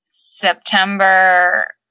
September